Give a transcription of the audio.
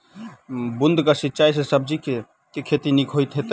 बूंद कऽ सिंचाई सँ सब्जी केँ के खेती नीक हेतइ?